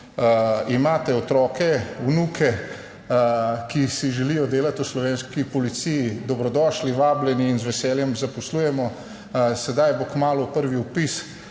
imate otroke, vnuke, ki si želijo delati v Slovenski policiji, dobrodošli vabljeni in z veseljem zaposlujemo. Sedaj bo kmalu prvi vpis